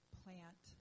plant